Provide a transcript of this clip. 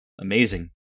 amazing